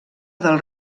del